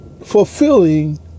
fulfilling